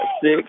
six